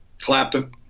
Clapton